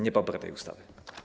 Nie poprę tej ustawy.